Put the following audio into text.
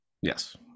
Yes